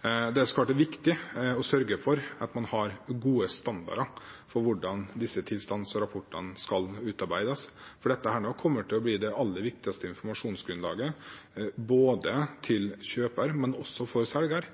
Det er viktig å sørge for at man har gode standarder for hvordan disse tilstandsrapportene skal utarbeides, for dette kommer nå til å bli det aller viktigste informasjonsgrunnlaget for kjøper – men også for selger.